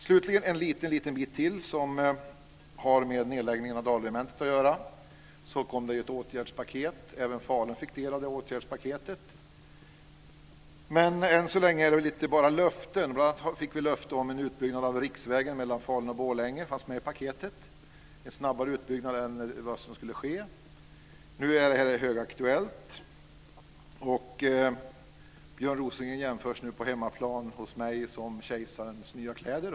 Slutligen ska jag säga något om nedläggningen av Dalregementet. Det kom ett åtgärdspaket. Även Falun fick del av det. Men än så länge är det bara löften. Bl.a. fick vi löfte om en utbyggnad av riksvägen mellan Falun och Borlänge. Det fanns med i paketet. Det var fråga om en snabbare utbyggnad än som tidigare var sagt. Nu är det högaktuellt. Björn Rosengren jämförs nu på hemmaplan hos mig som kejsarens nya kläder.